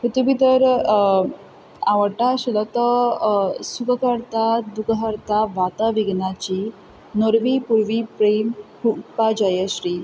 तितूंत भितर आवडटा तो सुखकर्ता दुखहर्ता वार्ता विघ्नाची नुरवी पुरवी प्रेम कृपा जयश्री